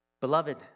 Beloved